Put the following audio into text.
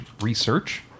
research